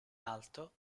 alto